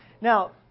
Now